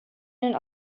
een